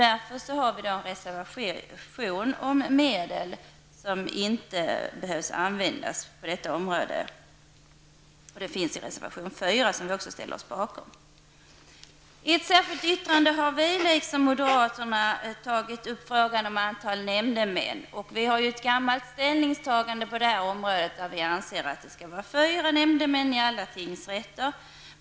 Därför handlar reservation 4, som vi ställer oss bakom, om medel som inte behöver användas på detta område. I likhet med moderaterna har också vi i centern ett särskilt yttrande, där frågan om antalet nämndemän tas upp. Det finns ett tidigare ställningstagande på detta område. Vi anser alltså att det skall vara fyra nämndemän i alla tingsrätter.